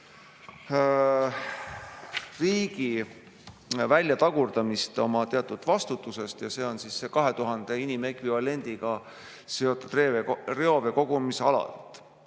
riigi väljatagurdamist oma teatud vastutusest. Nimelt, need 2000 inimekvivalendiga seotud reoveekogumisalad.